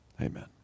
Amen